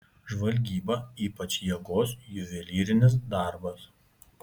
žvalgyba ypač jėgos juvelyrinis darbas